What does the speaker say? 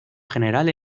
general